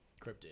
cryptid